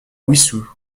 wissous